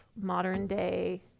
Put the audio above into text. modern-day